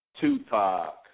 Tupac